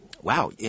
Wow